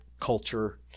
culture